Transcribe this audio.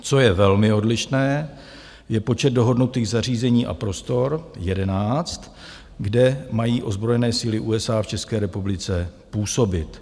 Co je velmi odlišné, je počet dohodnutých zařízení a prostor 11, kde mají ozbrojené síly USA v České republice působit.